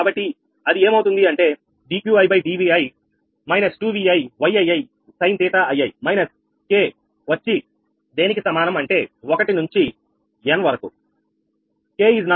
కాబట్టి అది ఏమవుతుంది అంటే dQidVi − 2Vi YiisinƟii minus k వచ్చి దేనికి సమానం అంటే ఒకటి నుంచి n వరకు